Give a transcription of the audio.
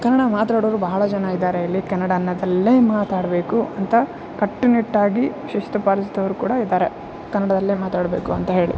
ಕನ್ನಡ ಮಾತಾಡೋರು ಬಹಳ ಜನ ಇದ್ದಾರೆ ಇಲ್ಲಿ ಕನ್ನಡದಲ್ಲೇ ಮಾತಾಡಬೇಕು ಅಂತ ಕಟ್ಟುನಿಟ್ಟಾಗಿ ಶಿಸ್ತು ಪಾಲಿಸ್ದವ್ರು ಕೂಡ ಇದ್ದಾರೆ ಕನ್ನಡದಲ್ಲೇ ಮಾತಾಡಬೇಕು ಅಂತ ಹೇಳಿ